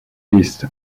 least